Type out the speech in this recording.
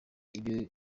iyo